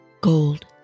gold